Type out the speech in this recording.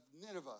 Nineveh